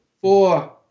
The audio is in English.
Four